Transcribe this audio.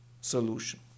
solution